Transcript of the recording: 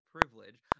privilege